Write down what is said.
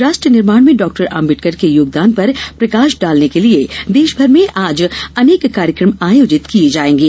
राष्ट्र निर्माण में डॉक्टर आम्बेडकर के ्योगदान पर प्रकाश डालने के लिए देशभर में आज अनेक कार्यक्रम आयोजित किए जायेंगे